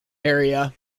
area